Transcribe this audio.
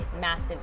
massive